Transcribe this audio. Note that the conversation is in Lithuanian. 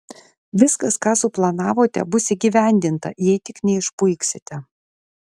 viskas ką suplanavote bus įgyvendinta jei tik neišpuiksite